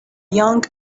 young